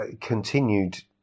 continued